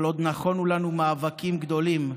אבל עוד נכונו לנו מאבקים גדולים.